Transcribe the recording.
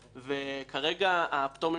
וכרגע הפטור ממכרז,